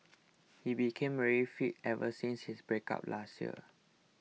he became very fit ever since his breakup last year